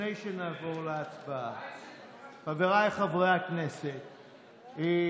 חבריי חברי הכנסת,